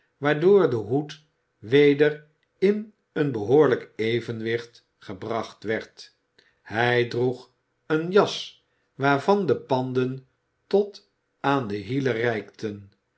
waardoor de hoed weder in een behoorlijk evenwicht gebracht werd hij droeg eene jas waarvan de panden tot aan de hielen reikten